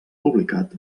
publicat